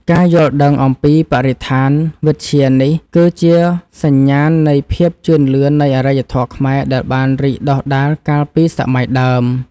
ការយល់ដឹងអំពីបរិស្ថានវិទ្យានេះគឺជាសញ្ញាណនៃភាពជឿនលឿននៃអរិយធម៌ខ្មែរដែលបានរីកដុះដាលកាលពីសម័យដើម។